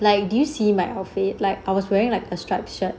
like do you see my outfit like I was wearing like a striped shirt